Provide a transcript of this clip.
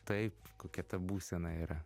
taip kokia ta būsena yra